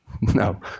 no